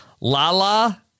Lala